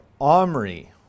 Omri